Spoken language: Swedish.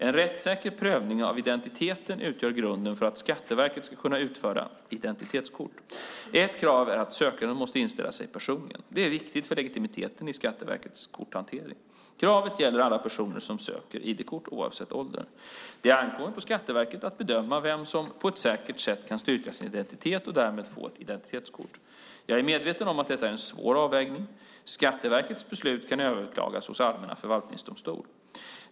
En rättssäker prövning av identiteten utgör grunden för att Skatteverket ska kunna utfärda identitetskort. Ett krav är att sökanden måste inställa sig personligen. Det är viktigt för legitimiteten i Skatteverkets ID-kortshantering. Kraven gäller alla personer som söker ID-kort, oavsett ålder. Det ankommer på Skatteverket att bedöma vem som på ett säkert sätt kan styrka sin identitet och därmed få ett ID-kort. Jag är medveten om att detta är en svår avvägning. Skatteverkets beslut kan överklagas hos allmän förvaltningsdomstol.